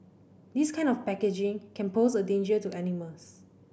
this kind of packaging can pose a danger to animals